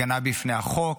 הגנה בפני החוק,